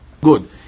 Good